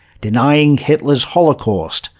denying hitler's holocaust,